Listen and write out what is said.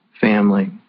family